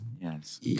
Yes